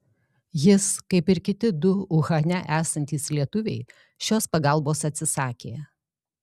jis kaip ir kiti du uhane esantys lietuviai šios pagalbos atsisakė